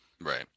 Right